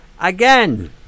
Again